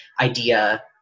idea